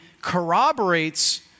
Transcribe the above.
corroborates